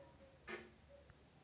मला चणाडाळीची आमटी आणि भात खायचा आहे